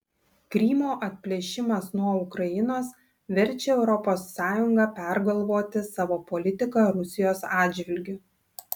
krymo atplėšimas nuo ukrainos verčia europos sąjungą pergalvoti savo politiką rusijos atžvilgiu